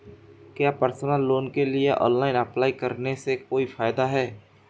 क्या personal loan के लिए ऑनलाइन अप्लाई करने से कोई फायदा है?